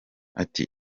ati